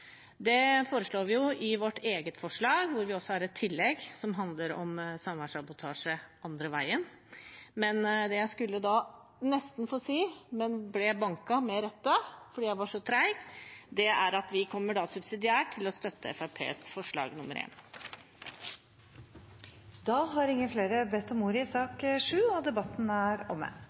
Det foreslår vi jo i vårt eget forslag, hvor vi også har et tillegg som handler om samværssabotasje andre veien. Det jeg nesten fikk sagt, men jeg ble klubbet med rette fordi jeg var så treg, var at vi subsidiært kommer til å støtte Fremskrittspartiets forslag nr. 1. Flere har ikke bedt om ordet til sak nr. 7. Etter ønske fra familie- og kulturkomiteen vil presidenten ordne debatten